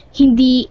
hindi